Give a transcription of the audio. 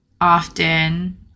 often